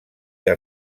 que